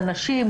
הנשים,